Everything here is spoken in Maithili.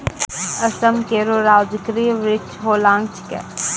असम केरो राजकीय वृक्ष होलांग छिकै